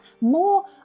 more